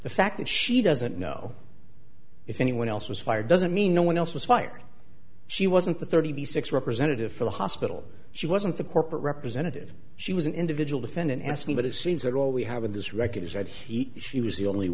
the fact that she doesn't know if anyone else was fired doesn't mean no one else was fired she wasn't the thirty six representative for the hospital she wasn't the corporate representative she was an individual defendant s me but it seems that all we have in this record is that he she was the only